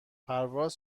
پرواز